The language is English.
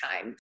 time